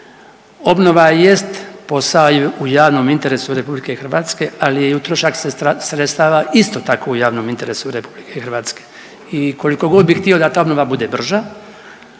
Obnova jest posao u javnom interesu Republike Hrvatske, ali je i utrošak sredstava isto tako u javnom i interesu Republike Hrvatske. I koliko god bih htio da ta obnova bude brža